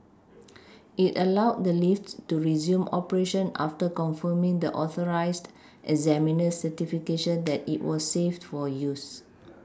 it allowed the lift to resume operation after confirming the authorised examiner's certification that it was safe for use